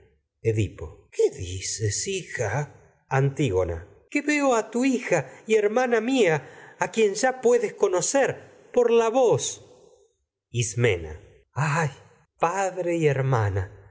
edipo qué dices hija antígona que veo a tu hija y hermana mía a quien ya puedes conocer por la voz ismena ay padre y hermana